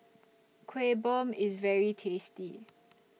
Kueh Bom IS very tasty